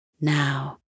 Now